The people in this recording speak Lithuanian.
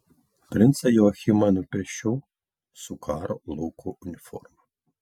princą joachimą nupiešiau su karo lauko uniforma